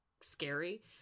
scary